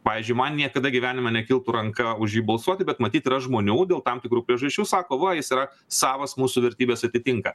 pavyzdžiui man niekada gyvenime nekiltų ranka už jį balsuoti bet matyt yra žmonių dėl tam tikrų priežasčių sako va jis yra savas mūsų vertybės atitinka